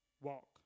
walk